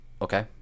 Okay